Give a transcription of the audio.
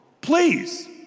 Please